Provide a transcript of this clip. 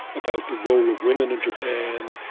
about the role of women in japan.